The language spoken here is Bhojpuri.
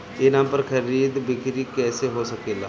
ई नाम पर खरीद बिक्री कैसे हो सकेला?